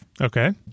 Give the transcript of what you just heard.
Okay